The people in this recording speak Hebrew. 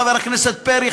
חבר הכנסת פרי,